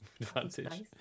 Advantage